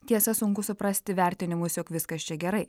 tiesa sunku suprasti vertinimus jog viskas čia gerai